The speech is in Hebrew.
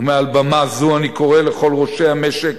ומעל במה זו אני קורא לכל ראשי המשק,